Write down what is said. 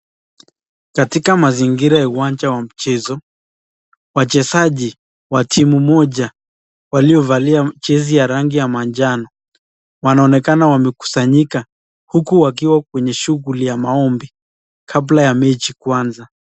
Katika mazingira ya uwanja wa mchezo, wachezaji wa timu moja waliovalia jezi ya rangi ya manjano, wanaonekana wamekusanyika huku wakiwa kwenye shughuli ya maombi kabla ya mechi kuanza.